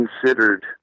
considered